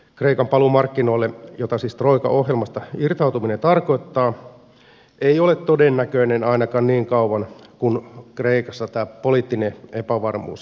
kreikan paluu markkinoille jota siis troikan ohjelmasta irtautuminen tarkoittaa ei ole todennäköinen ainakaan niin kauan kuin kreikassa tämä poliittinen epävarmuus jatkuu